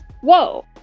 whoa